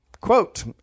Quote